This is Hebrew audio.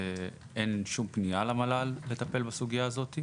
אין שום פנייה למל"ל לטפל בסוגייה הזאת.